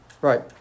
Right